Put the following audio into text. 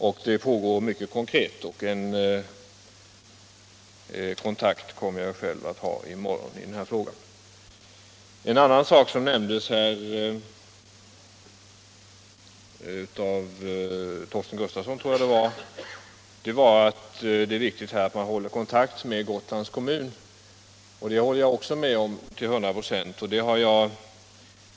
63 Jag kommer själv att ha en kontakt i den här frågan i morgon. En annan sak som nämndes - jag tror att det var av Torsten Gustafsson i Stenkyrka — var att det är viktigt att man håller kontakt med Gotlands kommun. Det håller jag med om till hundra procent.